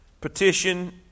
petition